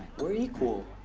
we're equal.